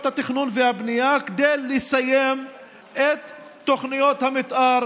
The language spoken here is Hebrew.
התכנון והבנייה לסיים את תוכניות המתאר